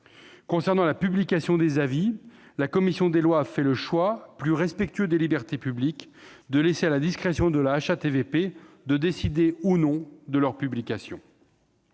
Concernant les avis, la commission des lois a fait le choix, plus respectueux des libertés publiques, de laisser à la discrétion de la HATVP la décision de leur publication.